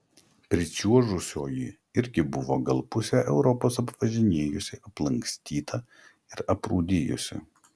pričiuožusioji irgi buvo gal pusę europos apvažinėjusi aplankstyta ir aprūdijusi